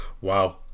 wow